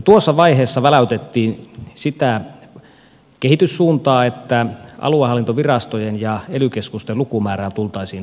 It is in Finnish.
tuossa vaiheessa väläytettiin sitä kehityssuuntaa että aluehallintovirastojen ja ely keskusten lukumäärää tultaisiin tarkastelemaan